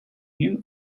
you